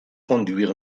conduire